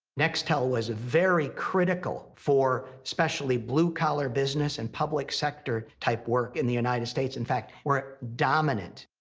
nextel was very critical for especially blue collar business and public sector type work in the united states. in fact, we're dominant.